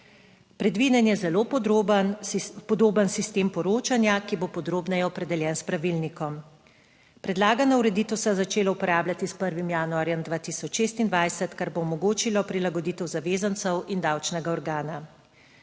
Predviden je zelo podroben podoben sistem poročanja, ki bo podrobneje opredeljen s pravilnikom. Predlagana ureditev se je začela uporabljati s 1. januarjem 2026, kar bo omogočilo prilagoditev zavezancev in davčnega organa.